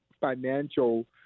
financial